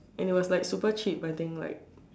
and it was like super cheap I think like